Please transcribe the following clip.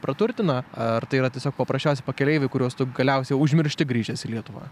praturtina ar tai yra tiesiog paprasčiausi pakeleiviai kuriuos tu galiausia užmiršti grįžęs į lietuvą